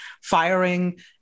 firing